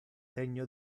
degno